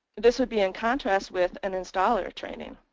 this would be in contrast with an installer training.